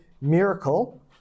miracle